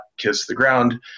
kisstheground